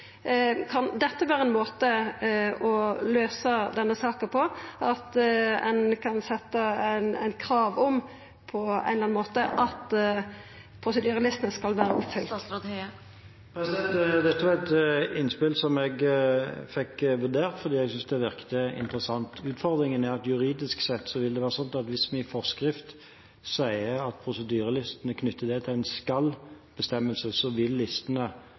Kan dette vera ein måte å løysa denne saka på, at ein på ein eller annan måte kan setja eit krav om at prosedyrelistene skal vera oppfylte? Dette var et innspill som jeg fikk vurdert fordi jeg syntes det virket interessant. Utfordringen er at juridisk sett vil det være sånn at hvis vi i forskrift knytter prosedyrelistene til en skal-bestemmelse, vil listene